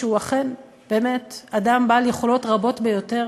שהוא אכן באמת אדם בעל יכולות רבות ביותר,